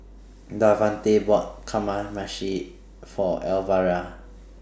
Davante bought Kamameshi For Elvera